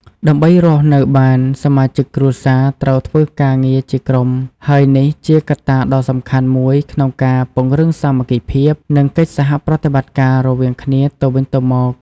ដើម្បីរស់នៅបាន សមាជិកគ្រួសារត្រូវធ្វើការងារជាក្រុម ហើយនេះជាកត្តាដ៏សំខាន់មួយក្នុងការ ពង្រឹងសាមគ្គីភាព និង កិច្ចសហប្រតិបត្តិការ រវាងគ្នាទៅវិញទៅមក។